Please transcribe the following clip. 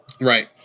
Right